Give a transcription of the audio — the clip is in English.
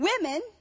women